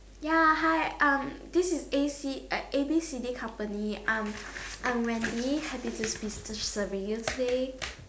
ya hi um this is A C eh A B C D company I'm I'm Wendy happy to be serving you today